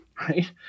Right